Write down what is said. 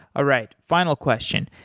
all right, final question.